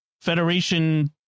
Federation